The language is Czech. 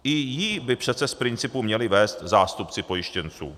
I ji by přece z principu měli vést zástupci pojištěnců.